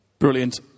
Brilliant